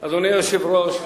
אדוני היושב-ראש,